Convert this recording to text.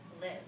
live